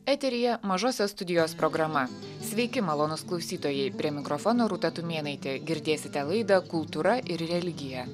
eteryje mažosios studijos programa sveiki malonūs klausytojai prie mikrofono rūta tumėnaitė girdėsite laidą kultūra ir religija